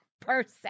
person